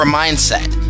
mindset